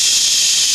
ששש.